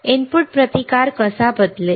input प्रतिकार कसा बदलेल